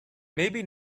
maybe